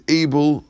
able